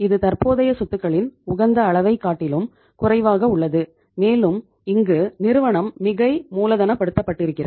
இது தற்போதைய சொத்துகளின் உகந்த அளவைக் காட்டிலும் குறைவாக உள்ளது மேலும் இங்கு நிறுவனம் மிகை மூலதனப்படுத்தப்பட்டிருக்கிறது